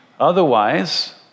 Otherwise